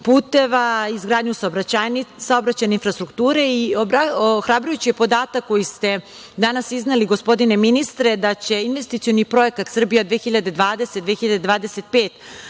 puteva, izgradnju saobraćajne infrastrukture. Ohrabrujući je podatak koji ste danas izneli, gospodine ministre, da će investicioni projekat „Srbija 2020-2025“,